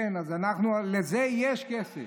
כן, אז לזה יש כסף.